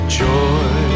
joy